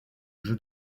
jeux